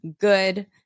good